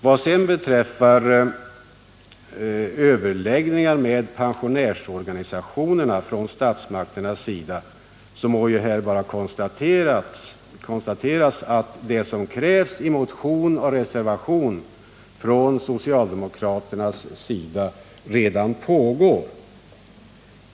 Vad sedan beträffar överläggningar mellan statsmakterna och pensionärsorganisationerna må här bara konstateras att det som här krävs i motion och reservation från socialdemokraternas sida redan pågår.